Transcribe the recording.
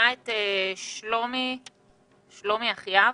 שלומי יחיאב,